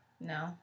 No